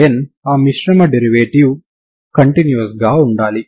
కాబట్టి u1xt d'Alembert పరిష్కారం అంటే u1xt12f1xctf1x ct12cx ctxctg1sds ∀ x∈R అవుతుంది